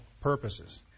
purposes